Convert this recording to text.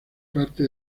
parte